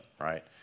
right